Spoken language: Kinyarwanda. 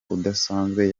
udasanzwe